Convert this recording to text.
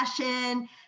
fashion